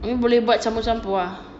umi boleh buat campur-campur ah